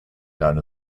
known